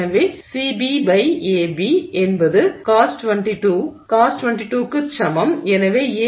எனவே CBAB என்பது Cos22 க்குச் சமம் எனவே AB CB Cos22